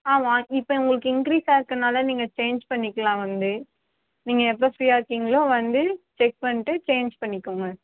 ஆ வாங்க இப்போ உங்களுக்கு இன்க்ரீஸாக இருக்கனால நீங்கள் சேஞ்ச் பண்ணிக்கலாம் வந்து நீங்கள் எப்போ ஃப்ரீயாக இருக்கிங்களோ வந்து செக் பண்ணிட்டு சேஞ்ச் பண்ணிக்கோங்க